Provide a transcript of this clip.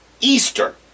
Easter